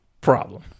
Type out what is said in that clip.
problem